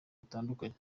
butandukanye